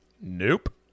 Nope